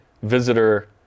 visitor